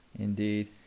Indeed